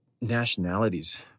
nationalities